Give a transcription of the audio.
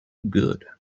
good